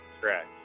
Correct